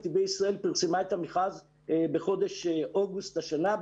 נתיבי ישראל פרסמה את המכרז בחודש אוגוסט השנה,